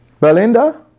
Belinda